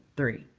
three.